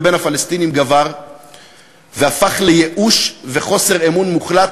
הקיטוב בינינו לבין הפלסטינים גבר והפך לייאוש ולחוסר אמון מוחלט,